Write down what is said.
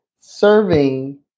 serving